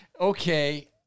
Okay